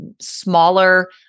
smaller